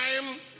time